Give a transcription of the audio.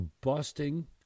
busting